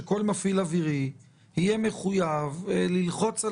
שכל מפעיל אווירי יהיה מחויב ללחוץ על